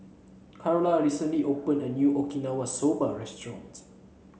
Karla recently opened a new Okinawa Soba Restaurant